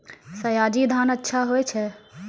सयाजी धान अच्छा होय छै?